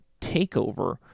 takeover